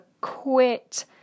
quit